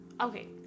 Okay